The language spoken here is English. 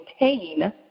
maintain